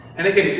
and again,